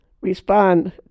respond